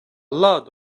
lot